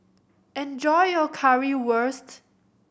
enjoy your Currywurst